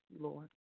Lord